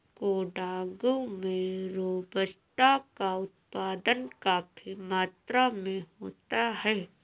कोडागू में रोबस्टा का उत्पादन काफी मात्रा में होता है